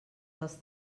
dels